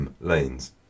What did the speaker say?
lanes